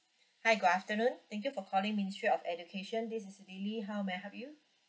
hi good afternoon thank you for calling ministry of education this is lily how may I help you